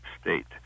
state